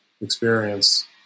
experience